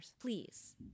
please